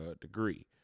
degree